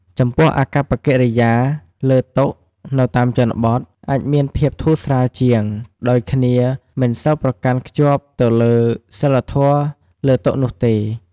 ចំពោះអាកប្បកិរិយាលើតុនៅតាមជនបទ អាចមានភាពធូរស្រាលជាង ដោយគ្នាមិនសូវប្រកាន់ខ្ជាប់ទៅលើសីលធម៌លើតុនោះទេ។